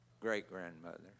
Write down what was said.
great-grandmother